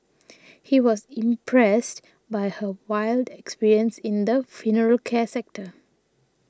he was impressed by her wide experience in the funeral care sector